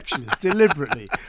deliberately